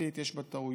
המשפטית יש בה טעויות,